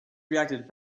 reacted